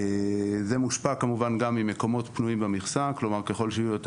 הדבר מושפע גם ממקומות פנויים במכסה ככל שיהיו יותר